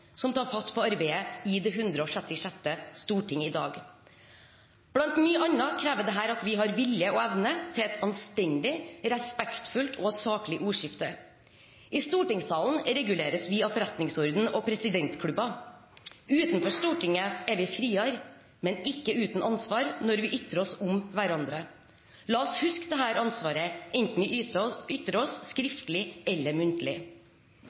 som tar fatt på arbeidet i det 166. storting i dag. Blant mye annet krever dette at vi har vilje og evne til et anstendig, respektfullt og saklig ordskifte. I stortingssalen reguleres vi av forretningsordenen og presidentklubben. Utenfor Stortinget er vi friere, men ikke uten ansvar når vi ytrer oss om hverandre. La oss huske dette ansvaret enten vi ytrer oss skriftlig eller muntlig.